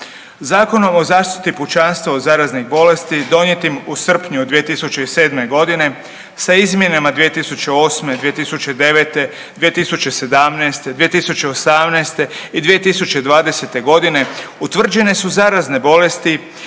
Zakonom o zaštiti pučanstva od zaraznih bolesti donijetim u srpnju 2007. godine sa izmjenama 2008., 2009., 2017., 2018. i 2020. godine utvrđene su zarazne bolesti